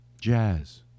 Jazz